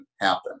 happen